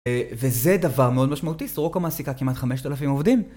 וזה דבר מאוד משמעותי, סורוקה מעסיקה כמעט 5,000 עובדים.